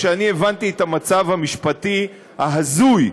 כשהבנתי את המצב המשפטי ההזוי,